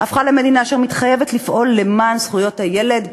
הפכה למדינה אשר מתחייבת לפעול למען זכויות הילד ויישומן.